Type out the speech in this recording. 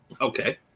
Okay